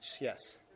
Yes